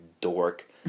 dork